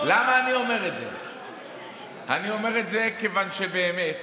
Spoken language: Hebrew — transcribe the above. אני אומר את זה כיוון שבאמת